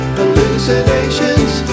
hallucinations